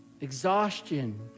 exhaustion